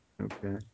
Okay